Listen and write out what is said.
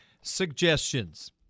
suggestions